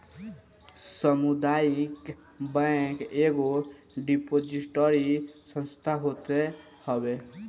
सामुदायिक बैंक एगो डिपोजिटरी संस्था होत हवे